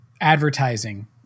advertising